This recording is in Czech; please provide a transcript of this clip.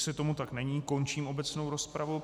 Jestli tomu tak není, končím obecnou rozpravu.